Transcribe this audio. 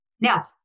Now